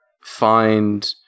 find